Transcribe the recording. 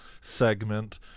segment